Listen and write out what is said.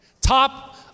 Top